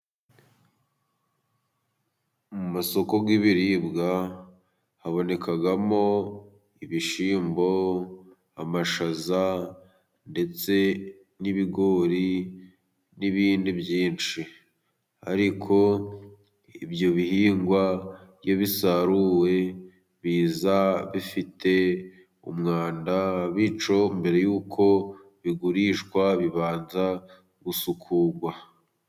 Mu masoko ry'ibiribwa , habonekamo ibishyimbo , amashaza ndetse n'ibigori , n'ibindi byinshi. Ariko ibyo bihingwa iyo bisaruwe, biza bifite umwanda bityo mbere y'uko bigurishwa bibanza gusukurwa.